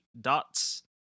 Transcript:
Dots